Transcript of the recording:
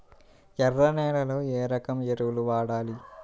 ఎర్ర నేలలో ఏ రకం ఎరువులు వాడాలి?